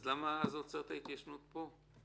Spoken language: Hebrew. אז למה זה עוצר את ההתיישנות פה?